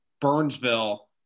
Burnsville